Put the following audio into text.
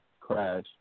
crash